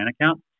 account